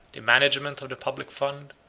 the management of the public fund,